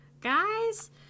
Guys